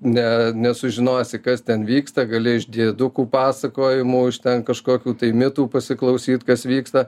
ne nesužinosi kas ten vyksta gali iš diedukų pasakojimų iš ten kažkokių tai mitų pasiklausyt kas vyksta